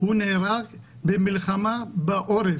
הוא נהרג במלחמה בעורף.